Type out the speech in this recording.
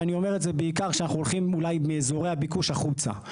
ואני אומר את זה בעיקר כשאנחנו הולכים מאזורי הביקוש החוצה.